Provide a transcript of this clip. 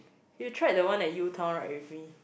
you tried the one at U-Town right with me